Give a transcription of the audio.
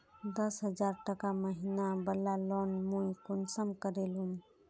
दस हजार टका महीना बला लोन मुई कुंसम करे लूम?